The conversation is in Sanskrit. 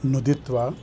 नुदित्वा